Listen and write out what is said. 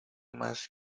más